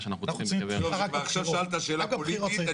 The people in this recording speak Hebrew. שאנחנו -- אתה עכשיו שאלת שאלה פוליטית,